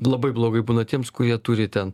labai blogai būna tiems kurie turi ten